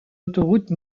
autoroute